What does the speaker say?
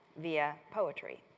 via poetry.